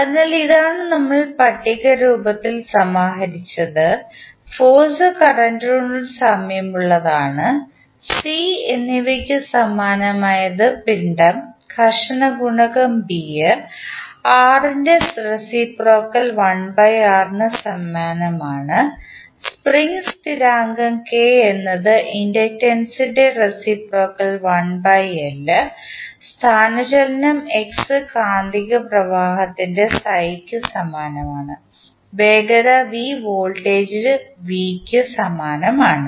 അതിനാൽ ഇതാണ് നമ്മൾ പട്ടിക രൂപത്തിൽ സമാഹരിച്ചത് ഫോഴ്സ് കറന്റിനോട് സാമ്യമുള്ളതാണ് C എന്നിവയ്ക്ക് സമാനമായ പിണ്ഡം ഘർഷണ ഗുണകംB R ൻറെ റേസിപ്രോക്കൽ 1R ന് സമാനമാണ് സ്പ്രിംഗ് സ്ഥിരാങ്കം K എന്നത് ഇൻഡക്റ്റൻസ് ൻറെ റേസിപ്രോക്കൽ 1L സ്ഥാനചലനം x കാന്തിക പ്രവാഹത്തിന് സമാനമാണ് വേഗത v വോൾട്ടേജ് V ന് സമാനമാണ്